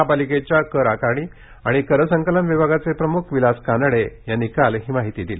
महापालिकेच्या करआकारणी आणि करसंकलन विभागाचे प्रमुख विलास कानडे यांनी काल ही माहिती दिली